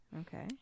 Okay